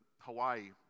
Hawaii